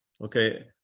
okay